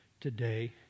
today